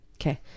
Okay